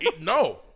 No